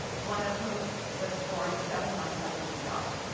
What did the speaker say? one of whom was born seven months after he died.